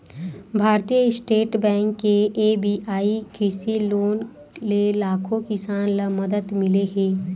भारतीय state bank के SBI कृषि लोन ले लाखो किसान ल मदद मिले हे